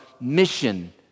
mission